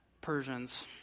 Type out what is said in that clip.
Persians